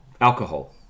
Alcohol